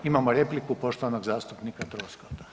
Imamo repliku poštovanog zastupnika Troskota.